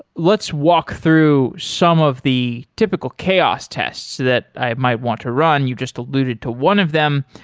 let's walk through some of the typical chaos tests that i might want to run. you just alluded to one of them,